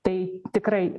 tai tikrai